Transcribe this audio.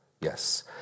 Yes